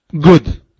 good